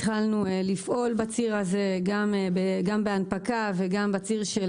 התחלנו לפעול בציר הזה גם בהנפקה וגם בציר של